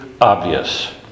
obvious